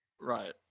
right